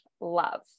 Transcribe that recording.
love